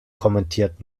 kommentiert